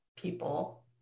people